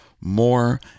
more